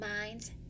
minds